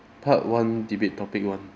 part one debate topic one